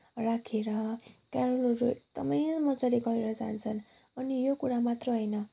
राखेर क्यारोलहरू एकदमै मजाले गरेर जान्छन् अनि यो कुरा मात्रै होइन